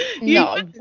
No